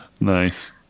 Nice